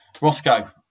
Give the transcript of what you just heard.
Roscoe